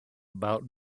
about